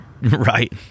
right